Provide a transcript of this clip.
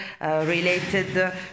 related